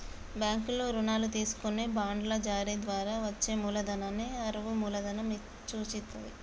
బ్యాంకుల్లో రుణాలు తీసుకొని బాండ్ల జారీ ద్వారా వచ్చే మూలధనాన్ని అరువు మూలధనం సూచిత్తది